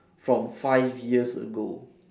from five years ago